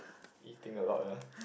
eating a lot ya